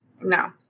No